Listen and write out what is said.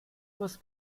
muss